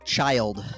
Child